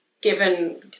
given